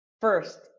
first